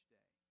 day